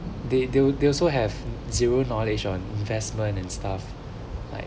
they they they also have zero knowledge on investment and stuff like